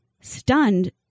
Stunned